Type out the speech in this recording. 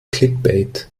clickbait